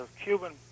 Cuban